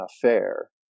affair